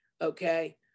okay